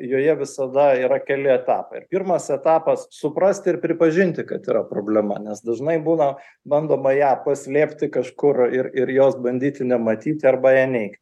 joje visada yra keli etapai ir pirmas etapas suprasti ir pripažinti kad yra problema nes dažnai būna bandoma ją paslėpti kažkur ir ir jos bandyti nematyti arba ją neig